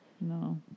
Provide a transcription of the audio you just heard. No